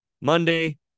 Monday